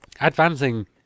advancing